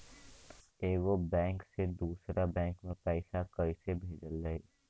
एगो बैक से दूसरा बैक मे पैसा कइसे भेजल जाई?